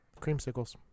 Creamsicles